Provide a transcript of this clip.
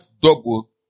double